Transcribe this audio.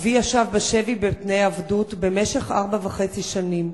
אבי ישב בשבי בתנאי עבדות במשך ארבע וחצי שנים,